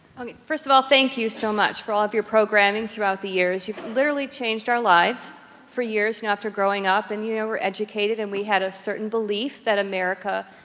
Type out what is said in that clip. um first of all, thank you so much for all of your programming throughout the years. you've literally changed our lives for years. you know, after growing up and you know we're educated, and we had a certain belief that america,